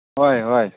ꯍꯣꯏ ꯍꯣꯏ